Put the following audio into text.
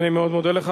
אני מאוד מודה לך.